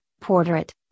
portrait